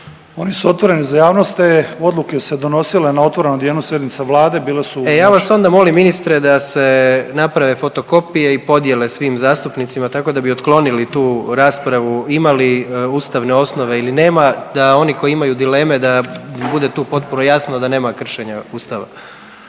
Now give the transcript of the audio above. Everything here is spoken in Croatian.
Oni su otvoreni za javnost. Te odluke su se donosile na otvorenom dijelu sjednice Vlade. **Jandroković, Gordan (HDZ)** E ja vas onda molim ministre da se naprave fotokopije i podijele svim zastupnicima tako da bi otklonili tu raspravu imali li ustavne osnove ili nema, da oni koji imaju dileme da bude tu potpuno jasno da nema kršenja Ustava.